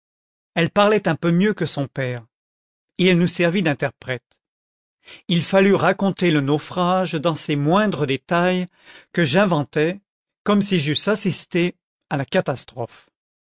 elle parlait un peu mieux que son père et elle nous servit d'interprète il fallut raconter le naufrage dans ses moindres détails que j'inventai comme si j'eusse assisté à la catastrophe